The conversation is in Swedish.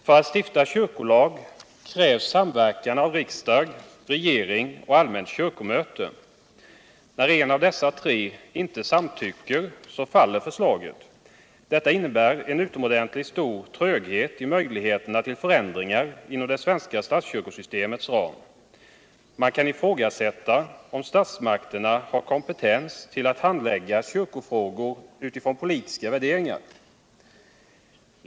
För att stifta kyrkolag krävs samverkan mellan riksdag, regering och allmänt kyrkomöte. När en av dessa tre inte samtycker. så faller förstaget. Detta innebär en utomordentligt stor tröghet i möjligheterna till förändringar inom det svenska statskyrkosystemets ram. Man kan ifrågasätta om statsmakterna har kompetens att handlägga kyrkofrågor utifrån politiska värderingar.